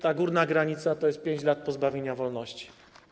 Ta górna granica wynosi 5 lat pozbawienia wolności.